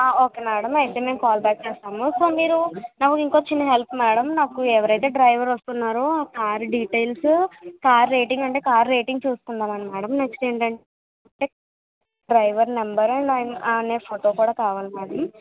ఒకే madam అయితే నేను call back చేస్తాను సో మీరు నాకు ఇంకో చిన్న హెల్ప్ మ్యాడం నాకు ఎవరైతే డ్రైవర్ వస్తున్నారో అవి డిటైల్సు కార్ రేటింగ్ అంటే కార్ రేటింగ్ చూసుకుంటాం మ్యాడం నెక్స్ట్ ఏంటంటే డ్రైవర్ నెంబర్ అండ్ అయన ఫోటో కూడా కావాలి మ్యాడం